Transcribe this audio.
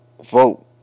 vote